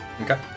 Okay